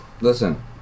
listen